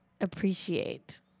Appreciate